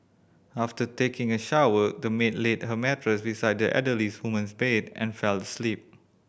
after taking a shower the maid laid her mattress beside the elderly woman's bed and fell asleep